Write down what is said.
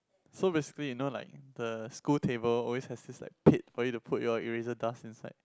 so basically you know like the school table always has uh this like pit for you to put your eraser dust inside